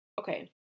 Okay